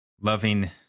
loving